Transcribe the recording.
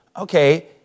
Okay